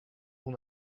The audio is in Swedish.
hon